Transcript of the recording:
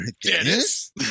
Dennis